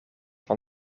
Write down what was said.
van